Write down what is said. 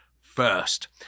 first